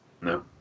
No